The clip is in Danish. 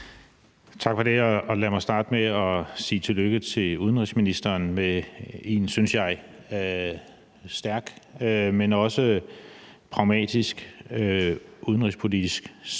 Tak for det, og lad mig starte med at sige tillykke til udenrigsministeren med en, synes jeg, stærk, men også pragmatisk udenrigspolitisk